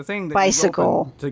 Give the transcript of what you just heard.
Bicycle